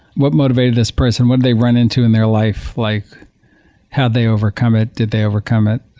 what motivated this person? what did they run into in their life, like how'd they overcome it? did they overcome it?